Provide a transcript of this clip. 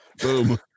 Boom